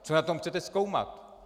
Co na tom chcete zkoumat?